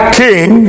king